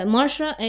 Marsha